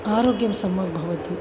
आरोग्यं सम्यक् भवति